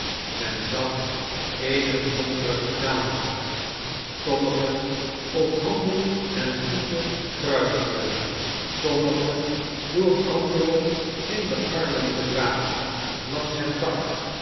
men zag eenige donkere gedaanten sommigen op handen en voeten kruipende sommigen door anderen in de armen gedragen langs het dak